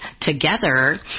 together